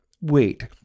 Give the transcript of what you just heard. Wait